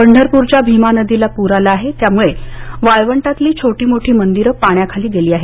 पंढरपूरच्या भिमा नदीला पुर आला आहे त्यामुळे वाळवंटातली छोटी मोठी मंदिरं पाण्याखाली गेली आहेत